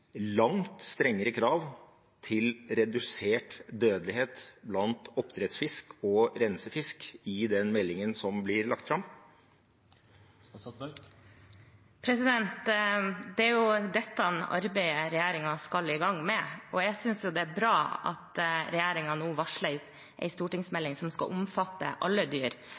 langt strengere krav til redusert dødelighet blant oppdrettsfisk og rensefisk i den meldingen som skal bli lagt fram? Det er jo dette arbeidet regjeringen skal i gang med, og jeg synes det er bra at regjeringen nå varsler at det skal komme en stortingsmelding som skal omfatte alle dyr,